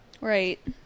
Right